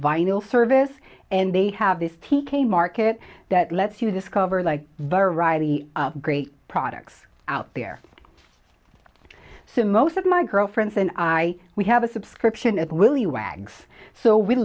vinyl service and they have this t k market that lets you discover like variety of great products out there so most of my girlfriends and i we have a subscription at willy wags so we